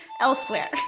elsewhere